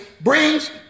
brings